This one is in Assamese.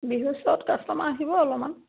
বিহু ওচৰত কাষ্টমাৰ আহিব অলমান